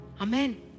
Amen